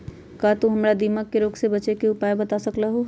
का तू हमरा दीमक के रोग से बचे के उपाय बता सकलु ह?